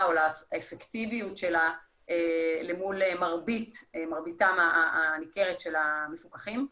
או על האפקטיביות שלה למול מרביתם הניכרת של המפוקחים.